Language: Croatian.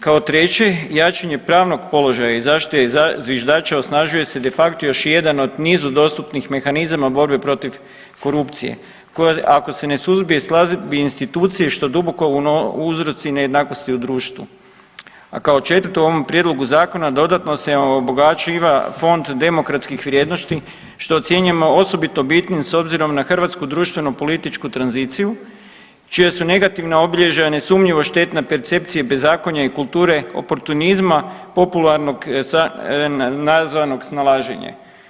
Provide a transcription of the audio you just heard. Kao treće, jačanje pravnog položaja i zaštite zviždača osnažuje se de facto još jedan od nizu dostupnih mehanizama borbe protiv korupcije, koja, ako se ne suzbije, slabi institucije, što duboko uzroci nejednakosti u društvo, a kao četvrto, u ovom prijedlogu Zakona, dodatno se obogaćiva fond demokratskih vrijednosti što ocjenjujemo osobito bitnim s obzirom na hrvatsku društveno-političku tranziciju, čija su negativna obilježja, nesumnjivo, štetna percepcija bezakonja i kulture oportunizma, popularnog nazvanog snalaženje.